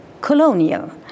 colonial